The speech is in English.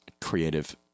creative